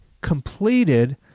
completed